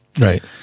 Right